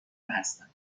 هستند